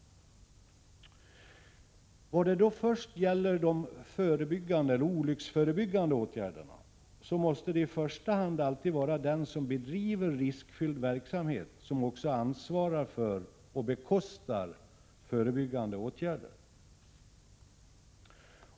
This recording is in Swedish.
När det gäller olycksförebyggande åtgärder, så måste det i första hand alltid vara den som bedriver riskfylld verksamhet som också ansvarar för och bekostar förebyggande åtgärder.